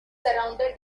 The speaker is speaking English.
surrounded